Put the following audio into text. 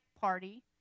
Party